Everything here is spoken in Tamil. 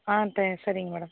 ஆ தெ சரிங்க மேடம்